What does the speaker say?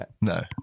no